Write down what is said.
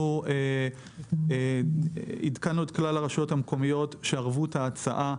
אנחנו עדכנו את כלל הרשויות המקומיות שלגבי ערבות ההצעה,